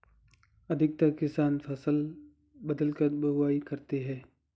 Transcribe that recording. अधिकतर किसान फसल बदलकर बुवाई करते है